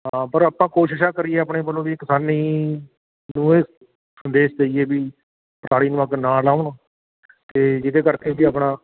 ਹਾਂ ਪਰ ਆਪਾਂ ਕੋਸ਼ਿਸ਼ਾਂ ਕਰੀਏ ਆਪਣੇ ਵੱਲੋਂ ਵੀ ਕਿਸਾਨੀ ਦੋ ਸੰਦੇਸ਼ ਦੇਈਏ ਵੀ ਪਰਾਲੀ ਨੂੰ ਅੱਗ ਨਾ ਲਾਉਣ ਅਤੇ ਜਿਹਦੇ ਕਰਕੇ ਵੀ ਆਪਣਾ